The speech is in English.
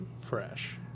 fresh